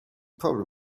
probably